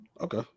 Okay